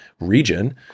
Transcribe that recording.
region